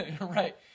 right